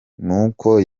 n’uko